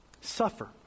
Suffer